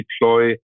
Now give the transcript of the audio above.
deploy